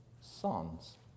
sons